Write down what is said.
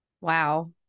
Wow